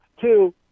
two